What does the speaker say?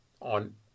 on